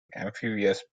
amphibious